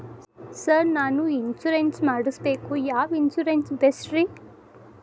Sir ನಾನು insurance ಮಾಡಿಸಬೇಕು ಯಾವ ಇನ್ಶೂರೆನ್ಸ್ ಬೆಸ್ಟ್ರಿ?